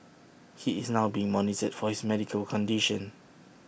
he is now being monitored for his medical condition